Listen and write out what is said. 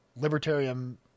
libertarian